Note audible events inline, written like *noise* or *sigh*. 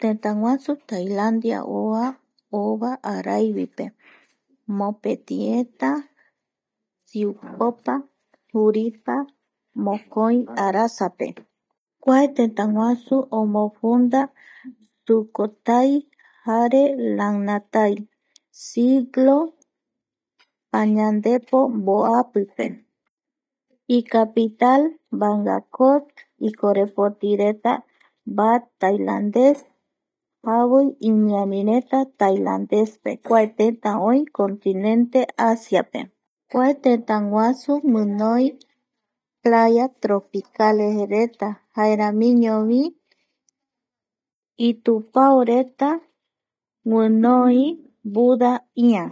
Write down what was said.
Tëtäguasu Tailandia oa ova araivipe, mopeti eta siu *noise* poapa juripa *noise* mokoi arasape *noise* kua Tëtäguasu *noise* omofunda Sukhothai jare Langhathai siglo *noise* pañandepo *noise* mboapipe *noise* icapital bangkok ikorepoti baht Tailandes *noise* javoi *noise* imiarireta Tailandes *noise* kua tëtä oi continente asiape *noise* kua tëtäguasu *noise* guinoi playas tropicalesreta *noise* jaeramiñovi *noise* itupaoreta *noise* guinoi Buda ïa